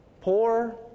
poor